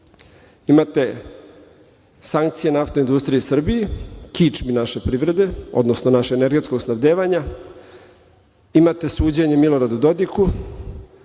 imate sankcije Naftnoj industriji Srbije, kičmi naše privrede, odnosno našeg energetskog snabdevanja, imate suđenje Miloradu Dodiku